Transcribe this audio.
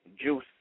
Juice